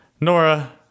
Nora